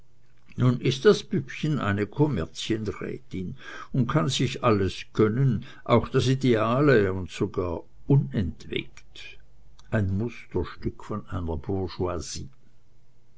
nun ist das püppchen eine kommerzienrätin und kann sich alles gönnen auch das ideale und sogar unentwegt ein musterstück von einer